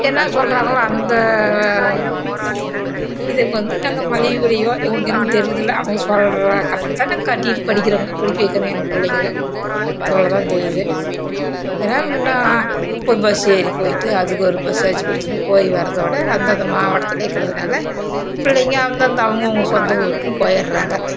என்ன சொல்கிறாங்களோ அந்த இதுக்கு வந்து நாங்கள் மலிவு விலையோ எங்களுக்கு எதுவும் தெரியுறதில்ல அவங்க சொல்கிற கட்டணத்தை நாங்கள் கட்டிட்டு படிக்கிறோங்க படிக்க வைக்கிறோம் எங்கள் பிள்ளைங்கள இவ்வளோ தான் தெரியுது ஏன்னா முன்னால் ஒரு பஸ் ஏறி போயிட்டு அதுக்கொரு பஸ் சார்ஜு கொடுத்துனு போயி வரதோட அந்தந்த மாவட்டத்தில் இருக்கிறதுனால பிள்ளைங்க அந்தந்த அவங்கவுங்க சொந்த ஊருக்கும் போயிடுறாங்க